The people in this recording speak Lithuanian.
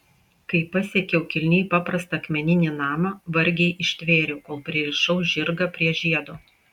kai pasiekiau kilniai paprastą akmeninį namą vargiai ištvėriau kol pririšau žirgą prie žiedo